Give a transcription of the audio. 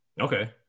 Okay